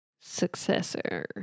successor